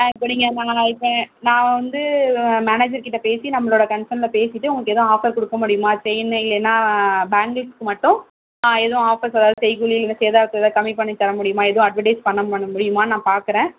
ஆ இப்போ நீங்கள் நான் இப்போ நான் வந்து மேனேஜர்கிட்ட பேசி நம்மளோட கன்ஸனில் பேசிவிட்டு உங்களுக்கு எதுவும் ஆஃப்பர் கொடுக்க முடியுமா செயின் இல்லைனா பேங்கில்ஸ்க்கு மட்டும் எதுவும் ஆஃப்பர்ஸ் எதாவது செய்கூலி இல்லை சேதாரத்தில் கம்மி பண்ணி தரமுடியுமா எதுவும் அட்வெர்டைஸ் பண்ணமுடியுமான்னு நான் பாக்கறேன்